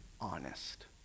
honest